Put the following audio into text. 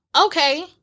Okay